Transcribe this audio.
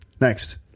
Next